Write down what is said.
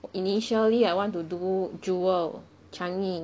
initially I want to do jewel changi